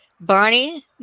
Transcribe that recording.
Barney